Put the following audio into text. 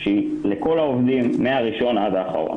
שהיא לכל העובדים מהראשון עד האחרון.